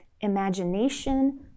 imagination